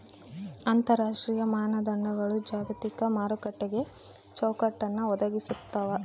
ಅಂತರರಾಷ್ಟ್ರೀಯ ಮಾನದಂಡಗಳು ಜಾಗತಿಕ ಮಾರುಕಟ್ಟೆಗೆ ಚೌಕಟ್ಟನ್ನ ಒದಗಿಸ್ತಾವ